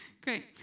great